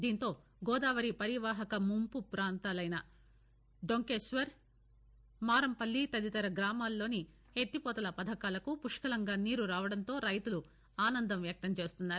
దీంతో గోదావరి పరీవాహక ముంపు గ్రామాలైన డొంకేశ్వర్ మారంపల్లి తదితర గ్రామాల్లోని ఎత్తిపోతల పథకాలకు పుష్కలంగా నీరు రావడంతో రైతులు ఆనందం వ్యక్తం చేస్తున్నారు